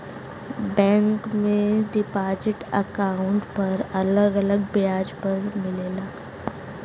bank में deposit account पर अलग अलग ब्याज दर मिलला